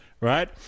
Right